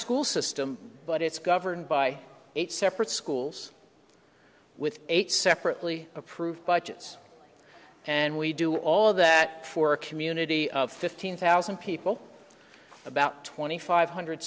school system but it's governed by eight separate schools with eight separately approved by churches and we do all that for a community of fifteen thousand people about twenty five hundred